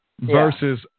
versus